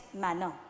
manner